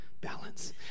balance